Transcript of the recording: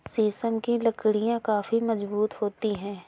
शीशम की लकड़ियाँ काफी मजबूत होती हैं